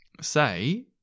say